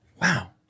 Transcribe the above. Wow